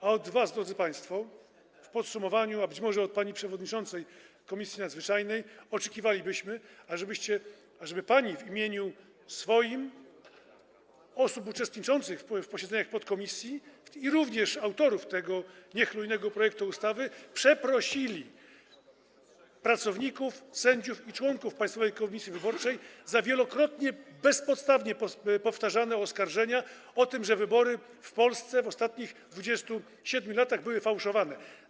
A od was, drodzy państwo, w podsumowaniu, a być może od pani przewodniczącej Komisji Nadzwyczajnej, oczekiwalibyśmy, ażeby pani w imieniu swoim, osób uczestniczących w posiedzeniach podkomisji i autorów tego niechlujnego projektu ustawy przeprosiła pracowników, sędziów i członków Państwowej Komisji Wyborczej za wielokrotnie bezpodstawnie powtarzane oskarżenia o to, że wybory w Polsce w ciągu ostatnich 27 lat były fałszowane.